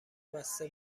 بسته